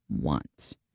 want